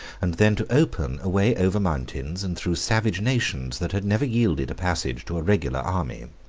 and then to open, a way over mountains, and through savage nations, that had never yielded a passage to a regular army.